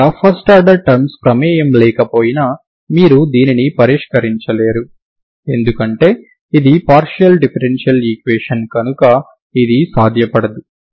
ఇక్కడ first order terms ప్రమేయం లేకపోయినా మీరు దీనిని పరిష్కరించలేరు ఎందుకంటే ఇది పార్షియల్ డిఫరెన్షియల్ ఈక్వేషన్ కనుక ఇది సాధ్యపడదు